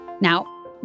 Now